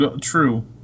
True